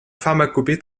pharmacopée